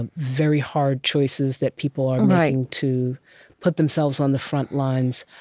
um very hard choices that people are making, to put themselves on the front lines.